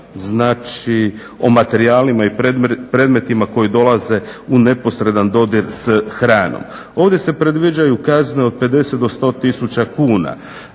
znači o materijalima i predmetima koji dolaze u neposredan dodir s hranom. Ovdje se predviđaju kazne od 50 do 100 tisuća kuna.